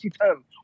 term